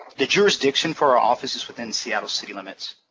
the jurisdiction for our office is within seattle city limits.